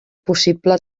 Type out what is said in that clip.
possible